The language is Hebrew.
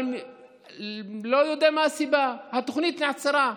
אני לא יודע מה הסיבה, אבל התוכנית נעצרה.